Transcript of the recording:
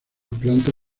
planta